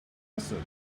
mustard